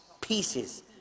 pieces